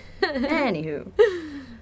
Anywho